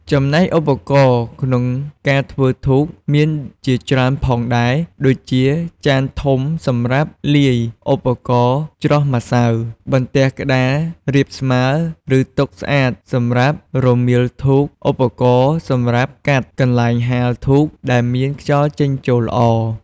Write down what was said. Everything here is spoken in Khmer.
ចំណែកឧបករណ៍ក្នុងការធ្វើធូបមានជាច្រើនផងដែរដូចជាចានធំសម្រាប់លាយឧបករណ៍ច្រោះម្សៅ បន្ទះក្តាររាបស្មើ ឬតុស្អាតសម្រាប់រមៀលធូប ឧបករណ៍សម្រាប់កាត់ កន្លែងហាលធូបដែលមានខ្យល់ចេញចូលល្អ។